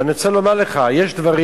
אבל אני רוצה לומר לך: יש דברים